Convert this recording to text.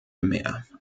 mehr